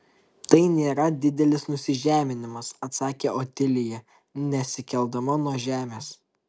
tai nėra didelis nusižeminimas atsakė otilija nesikeldama nuo žemės